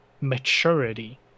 maturity